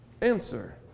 answer